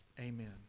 Amen